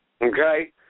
Okay